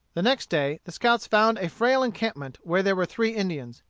the next day the scouts found a frail encampment where there were three indians.